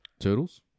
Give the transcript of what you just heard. Turtles